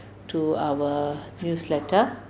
to our newsletter